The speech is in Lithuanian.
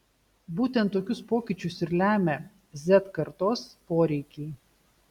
būtent tokius pokyčius ir lemia z kartos poreikiai